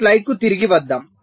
ఈ స్లైడ్కు తిరిగి వద్దాం